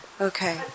Okay